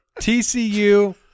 TCU